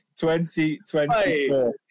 2024